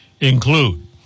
include